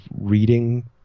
reading –